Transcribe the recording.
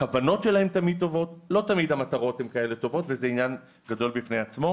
המטרות הן לא תמיד כאלה טובות וזה עניין גדול בפני עצמו.